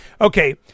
Okay